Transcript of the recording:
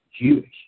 Jewish